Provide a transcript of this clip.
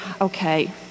okay